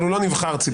אבל הוא לא נבחר ציבור.